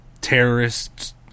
terrorists